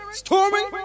storming